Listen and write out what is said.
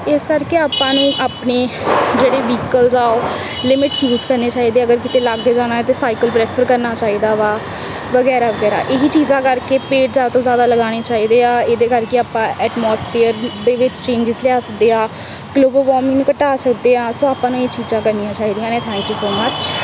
ਇਸ ਕਰਕੇ ਆਪਾਂ ਨੂੰ ਆਪਣੇ ਜਿਹੜੇ ਵਹੀਕਲਸ ਆ ਉਹ ਲਿਮਿਟ 'ਚ ਯੂਜ ਕਰਨੇ ਚਾਹੀਦੇ ਅਗਰ ਕਿਤੇ ਲਾਗੇ ਜਾਣਾ ਤਾਂ ਸਾਈਕਲ ਪਰੈਫਰ ਕਰਨਾ ਚਾਹੀਦਾ ਵਾ ਵਗੈਰਾ ਵਗੈਰਾ ਇਹੀ ਚੀਜ਼ਾਂ ਕਰਕੇ ਪੇੜ ਜ਼ਿਆਦਾ ਤੋਂ ਜ਼ਿਆਦਾ ਲਗਾਉਣੇ ਚਾਹੀਦੇ ਆ ਇਹਦੇ ਕਰਕੇ ਆਪਾਂ ਐਟਮੋਸਫੇਅਰ ਦੇ ਵਿੱਚ ਚੇਂਜਸ ਲਿਆ ਸਕਦੇ ਆ ਗਲੋਬਲ ਵਾਰਮਿੰਗ ਨੂੰ ਘਟਾ ਸਕਦੇ ਆ ਸੋ ਆਪਾਂ ਨੂੰ ਇਹ ਚੀਜ਼ਾਂ ਕਰਨੀਆਂ ਚਾਹੀਦੀਆਂ ਨੇ ਥੈਂਕ ਯੂ ਸੋ ਮਚ